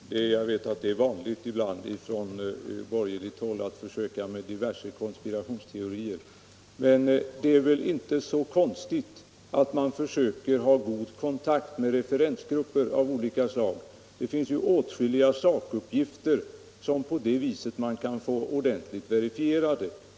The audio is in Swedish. Herr talman! Jag vet att det på borgerligt håll är vanligt att försöka med diverse konspirationsteorier. Det är väl inte så konstigt att man försöker ha god kontakt med referensgrupper av olika slag. Det finns ju åtskilliga sakuppgifter som man på det viset kan få ordentligt verifierade.